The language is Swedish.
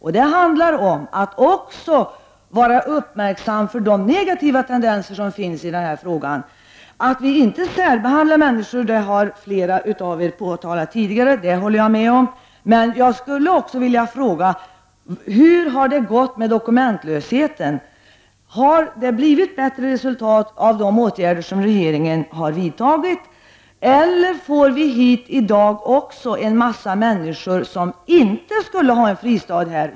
Det handlar om att vara uppmärksam också på de negativa tendenser som finns i detta sammanhang. Vikten av att vi inte särbehandlar människor har påpekats av flera tidigare talare, och jag instämmer med dem. Men jag skulle också vilja fråga: Hur har det gått med dokumentlösheten? Har det blivit bättre resultat av de åtgärder som regeringen har vidtagit eller får vi i dag hit också en mängd människor som inte borde få en fristad här?